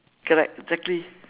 correct exactly